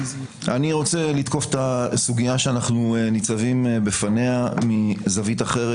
אני רוצה לתקוף את הסוגיה שאנחנו ניצבים בפניה מזווית אחרת,